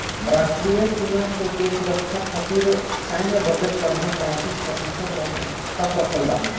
राष्ट्रीय सीमा के सुरक्षा खतिर सैन्य बजट लगभग पैंतीस प्रतिशत तक रखल बा